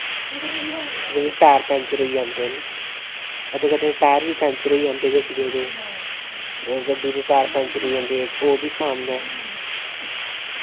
जदूं tyre puncture होई जंदे न कदें कदें टायर बी पंचर होई जंदे न गड्डियें दे इक्क गड्डियें दे टायर पंचर होई जंदे ओह्बी सन्न ऐ